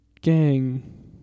gang